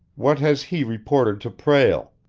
what has he reported to prale?